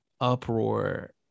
uproar